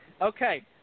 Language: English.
Okay